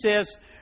says